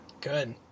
good